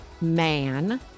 man